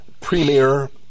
premier